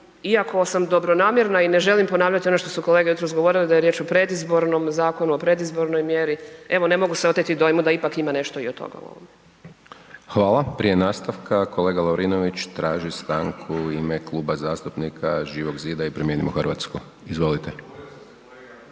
iako sam dobronamjerna i ne želim ponavljati ono što su kolege jutros govorili da je riječ o predizbornom, Zakonu o predizbornoj mjeri. Evo, ne mogu se oteti dojmu da ipak ima nešto i od toga u ovome. **Hajdaš Dončić, Siniša (SDP)** Hvala. Prije nastavka kolega Lovrinović traži stanku u ime Kluba zastupnika Živog zida i Promijenimo Hrvatsku, izvolite.